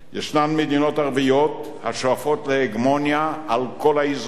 ישנן מדינות ערביות השואפות להגמוניה על כל האזור.